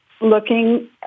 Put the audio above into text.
looking